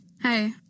Hey